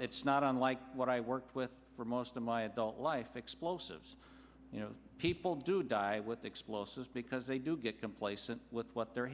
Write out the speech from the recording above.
it's not unlike what i worked with for most of my adult life explosives you know people do die with explosives because they do get complacent with what they're